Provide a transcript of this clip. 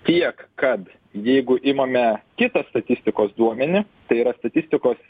tiek kad jeigu imame kitą statistikos duomenį tai yra statistikos